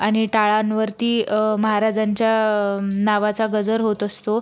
आणि टाळांवरती महाराजांच्या नावाचा गजर होत असतो